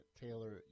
Taylor